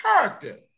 character